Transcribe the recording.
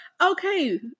okay